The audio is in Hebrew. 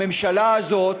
הממשלה הזאת,